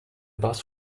bus